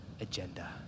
agenda